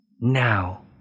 Now